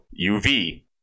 UV